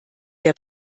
der